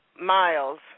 Miles